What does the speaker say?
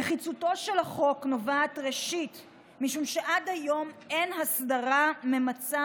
נחיצותו של החוק נובעת משום שעד היום אין הסדרה ממצה